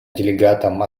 делегатам